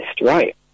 right